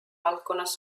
valdkonnas